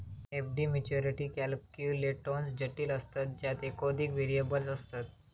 FD maturity calculations जटिल असतत ज्यात एकोधिक व्हेरिएबल्स असतत